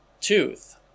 tooth